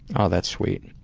oh, that's sweet.